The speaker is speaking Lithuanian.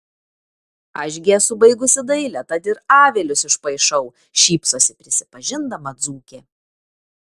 aš gi esu baigusi dailę tad ir avilius išpaišau šypsosi prisipažindama dzūkė